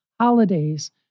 holidays